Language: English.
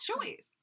choice